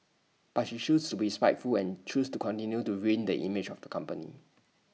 but she shoes to be spiteful and chose to continue to ruin the image of the company